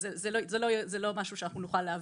זה לא משהו שאנחנו נוכל להעביר.